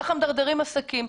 כך מדרדרים עסקים,